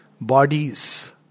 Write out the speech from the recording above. bodies